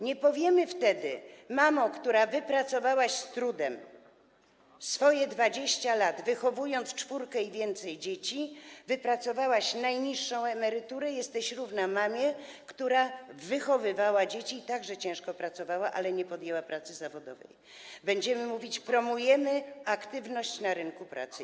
Nie powiemy wtedy: mamo, która wypracowałaś z trudem swoje 20 lat, wychowując czwórkę i więcej dzieci, wypracowałaś najniższą emeryturę i jesteś równa mamie, która wychowywała dzieci i także ciężko pracowała, ale nie podjęła pracy zawodowej, będziemy mówić: promujemy aktywność na rynku pracy.